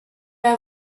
are